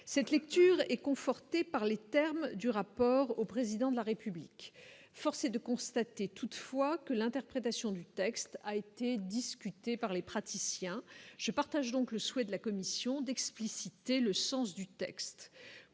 cette lecture est conforté par les termes du rapport au président de la République, force est de constater, toutefois, que l'interprétation du texte a été discuté par les praticiens je partage donc le souhait de la commission d'expliciter le sens du texte